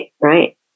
Right